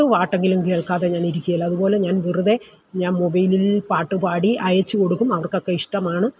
പത്ത് പാട്ടെങ്കിലും കേൾക്കാതെ ഞാനിരിക്കുകയില്ല അതുപോലെ ഞാൻ വെറുതെ ഞാൻ മൊബൈലിൽ പാട്ട് പാടി അയച്ചുകൊടുക്കും അവർക്കൊക്കെ ഇഷ്ടമാണ്